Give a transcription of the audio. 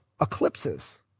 eclipses